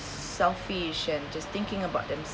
selfish and just thinking about themselves